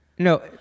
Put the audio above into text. No